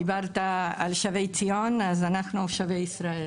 דיברת על שבי ציון, אז אנחנו שבי ישראל.